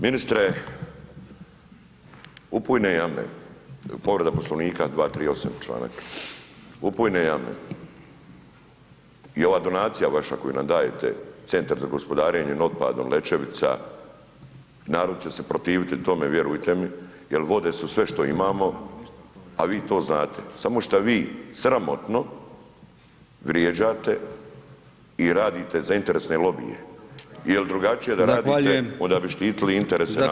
Ministre, upujne jame, povreda Poslovnika 238. čl., upujne jame i ova donacija vaša koju nam dajete Centar za gospodarenjem otpadom Lećevica, narod će se protiviti tome vjerujte mi jel vode su sve što imamo, a vi to znate, samo šta vi sramotno vrijeđate i radite za interesne lobije jel drugačije [[Upadica: Zahvaljujem]] da radite onda bi štitili interese [[Upadica: Zahvaljujem kolega…]] naroda.